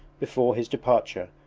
before his departure,